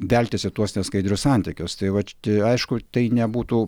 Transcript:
veltis į tuos neskaidrius santykius tai vat tai aišku tai nebūtų